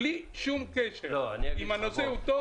בלי שום קשר אם הנושא הוא טוב או לא טוב.